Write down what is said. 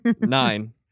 Nine